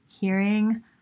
hearing